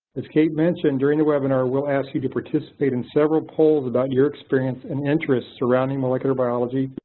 as kate mentioned during the webinar, we'll ask you to participate in several polls about your experience and interest surrounding molecular biology,